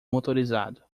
motorizado